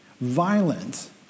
Violence